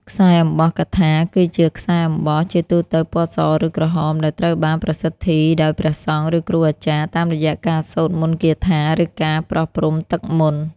ខ្សែអំបោះកថា គឺជាខ្សែអំបោះ ជាទូទៅពណ៌ស ឬក្រហម ដែលត្រូវបានប្រសិទ្ធីដោយព្រះសង្ឃ ឬគ្រូអាចារ្យ តាមរយៈការសូត្រមន្តគាថា ឬការប្រោះព្រំទឹកមន្ត។